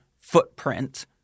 footprint